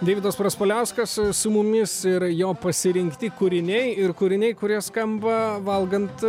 deividas praspaliauskas su mumis ir jo pasirinkti kūriniai ir kūriniai kurie skamba valgant